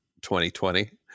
2020